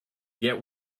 get